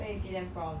where you see them from